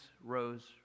rose